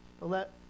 Let